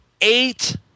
eight